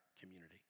community